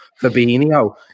Fabinho